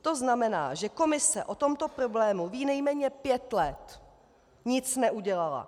To znamená, že Komise o tomto problému ví nejméně pět let, nic neudělala.